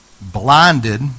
blinded